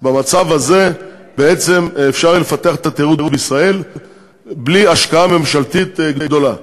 במצב הזה אפשר יהיה לפתח את התיירות בישראל בלי השקעה ממשלתית גדולה.